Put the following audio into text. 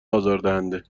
آزارنده